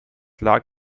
lag